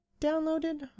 downloaded